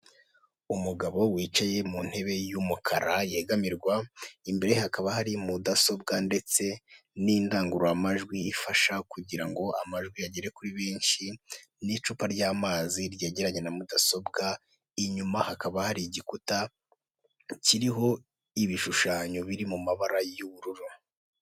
Umugabo wicaye mu ntebe y'umukara yegamirwa, imbere hakaba hari mudasobwa ndetse n'indangururamajwi ifasha kugira ngo amajwi agere kuri benshi, n'icupa ry'amazi ryegeranye na mudasobwa, inyuma hakaba hari igikuta kiriho ibishushanyo biri mu mabara y'ubururu.